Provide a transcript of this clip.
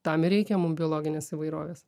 tam ir reikia mum biologinės įvairovės